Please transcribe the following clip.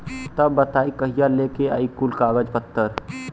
तब बताई कहिया लेके आई कुल कागज पतर?